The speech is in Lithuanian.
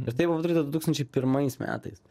ir tai buvo padaryta du tūkstančiai pirmais metais